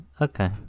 Okay